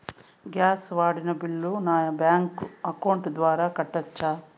Gas వాడిన బిల్లును నా బ్యాంకు అకౌంట్ ద్వారా కట్టొచ్చా?